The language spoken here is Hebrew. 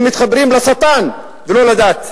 הם מתחברים לשטן ולא לדת,